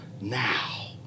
now